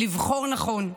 לבחור נכון,